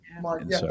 Mark